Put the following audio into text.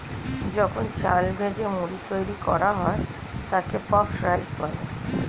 যখন চাল ভেজে মুড়ি তৈরি করা হয় তাকে পাফড রাইস বলে